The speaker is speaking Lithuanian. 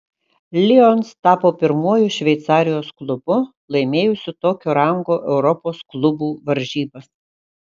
lions tapo pirmuoju šveicarijos klubu laimėjusiu tokio rango europos klubų varžybas